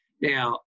Now